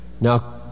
Now